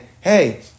hey